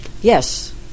Yes